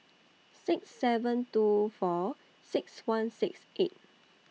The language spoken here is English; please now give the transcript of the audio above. six seven two four six one six eight